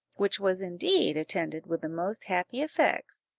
which was indeed attended with the most happy effects,